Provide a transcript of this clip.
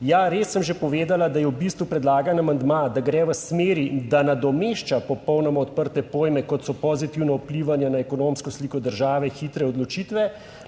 "Ja, res sem že povedala, da je v bistvu predlagan amandma, da gre v smeri, da nadomešča popolnoma odprte pojme, kot so pozitivno vplivanje na ekonomsko sliko države, hitre odločitve